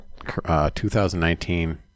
2019